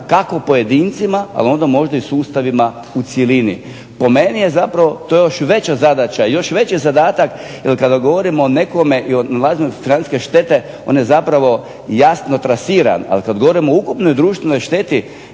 kako pojedincima, a onda možda i sustavima u cjelini. Po meni je to još veća zadaća, još veći zadatak kada govorimo o nekome i o važnosti … štete on je jasno trasiran, ali kada govorimo o ukupnoj društvenoj šteti